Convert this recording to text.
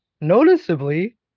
noticeably